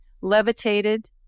levitated